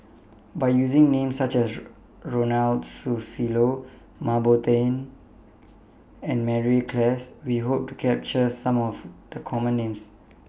By using Names such as Ronald Susilo Mah Bow Tan and Mary Klass We Hope to capture Some of The Common Names